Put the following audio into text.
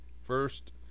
first